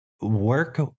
work